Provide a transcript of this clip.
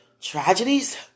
tragedies